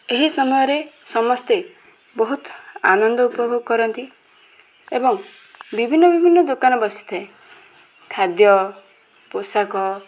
ଏହି ସମୟରେ ସମସ୍ତେ ବହୁତ ଆନନ୍ଦ ଉପଭୋଗ କରନ୍ତି ଏବଂ ବିଭିନ୍ନ ବିଭିନ୍ନ ଦୋକାନ ବସିଥାଏ ଖାଦ୍ୟ ପୋଷାକ